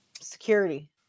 Security